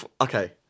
Okay